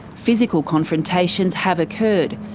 physical confrontations have occurred.